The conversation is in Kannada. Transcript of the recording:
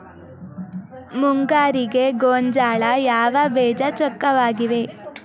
ಮುಂಗಾರಿಗೆ ಗೋಂಜಾಳ ಯಾವ ಬೇಜ ಚೊಕ್ಕವಾಗಿವೆ?